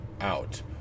out